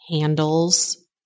handles